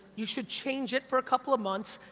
you should change it for a couple of months,